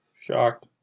Shocked